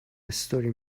استوری